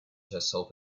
herself